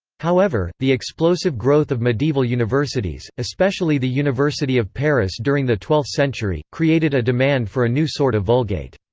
however, the explosive growth of medieval universities, especially the university of paris during the twelfth century, created a demand for a new sort of vulgate.